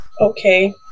Okay